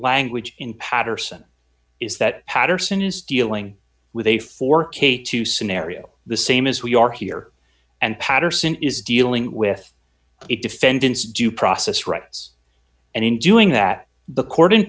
language in paterson is that paterson is dealing with a four k to scenario the same as we are here and paterson is dealing with it defendant's due process rights and in doing that the court in